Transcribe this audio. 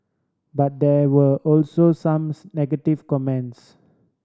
but there were also some negative comments